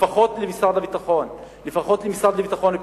לפחות במשרד הביטחון, לפחות במשרד לביטחון פנים.